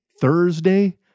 Thursday